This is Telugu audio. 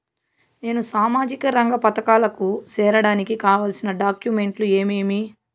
నేను సామాజిక రంగ పథకాలకు సేరడానికి కావాల్సిన డాక్యుమెంట్లు ఏమేమీ?